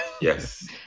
Yes